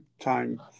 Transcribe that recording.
time